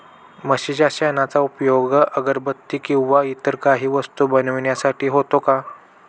म्हशीच्या शेणाचा उपयोग अगरबत्ती किंवा इतर काही वस्तू बनविण्यासाठी होतो का?